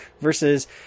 versus